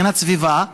הגנת הסביבה,